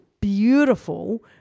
beautiful